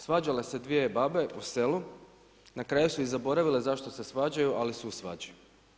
Svađale se dvije babe u selu, na kraju su i zaboravile zašto se svađaju, ali su u svađi.